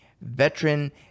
veteran